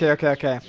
yeah okay? okay?